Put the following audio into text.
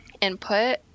input